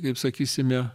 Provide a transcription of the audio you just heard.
kaip sakysime